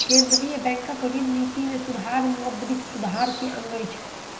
केंद्रीय बैंकक ऋण निति में सुधार मौद्रिक सुधार के अंग अछि